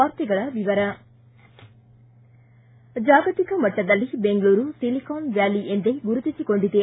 ವಾರ್ತೆಗಳ ವಿವರ ಜಾಗತಿಕ ಮಟ್ಟದಲ್ಲಿ ದೆಂಗಳೂರು ಸಿಲಿಕಾನ್ ವ್ಯಾಲಿ ಎಂದೇ ಗುರುತಿಸಿಕೊಂಡಿದೆ